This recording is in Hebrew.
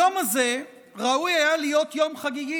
היום הזה ראוי היה להיות יום חגיגי,